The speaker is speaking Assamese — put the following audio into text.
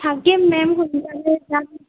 থাকিম মেম সোনকালে যাম